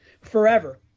forever